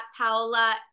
Paola